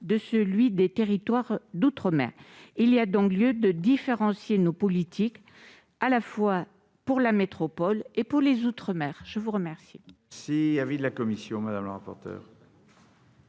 de celui des territoires des outre-mer. Il y a donc lieu de différencier nos politiques, à la fois pour la métropole et pour les outre-mer. Quel